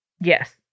Yes